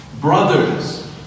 brothers